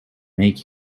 make